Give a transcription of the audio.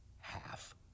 half